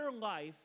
life